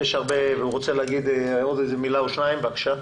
והוא רוצה לומר עוד מילה או שתיים, בבקשה.